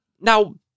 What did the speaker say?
Now